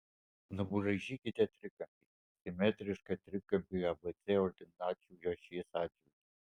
nubraižykite trikampį simetrišką trikampiui abc ordinačių ašies atžvilgiu